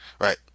Right